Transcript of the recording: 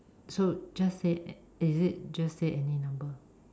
so just say is it just say any number